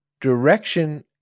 direction